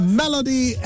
melody